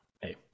hey